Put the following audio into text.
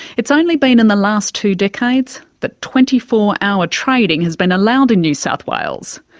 it's only been in the last two decades that twenty four hour trading has been allowed in new south wales.